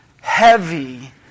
heavy